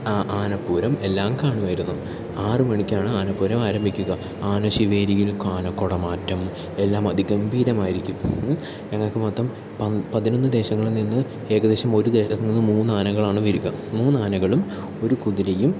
ആനപ്പൂരം എല്ലാം കാണുമായിരുന്നു ആറ് മണിക്കാണ് ആനപ്പൂരം ആരംഭിക്കുക ആനശിവേരിയിൽ കാലക്കുടമാറ്റം എല്ലാം അതിഗംഭീരമായിരിക്കും ഞങ്ങൾക്ക് മൊത്തം പതിനൊന്ന് ദേശങ്ങളിൽനിന്ന് ഏകദേശം ഒരു ദേശത്തുനിന്ന് മൂന്ന് ആനകളാണ് വരിക മൂന്ന് ആനകളും ഒരു കുതിരയും